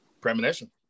premonition